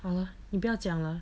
好了你不要讲了